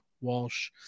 walsh